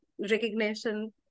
recognition